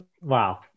Wow